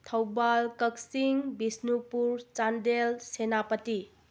Thoubal Kakching Bishnupur Chandel Senapati